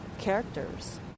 characters